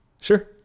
Sure